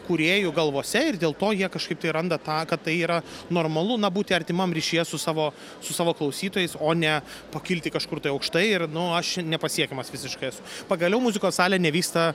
kūrėjų galvose ir dėl to jie kažkaip tai randa tą kad tai yra normalu na būti artimam ryšyje su savo su savo klausytojais o ne pakilti kažkur tai aukštai ir nu aš čia nepasiekiamas visiškai esu pagaliau muzikos salė nevysta